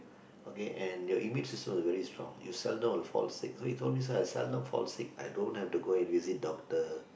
okay and your immune system will be very strong you seldom will fall sick so he told me sir I seldom fall sick I don't have to visit doctor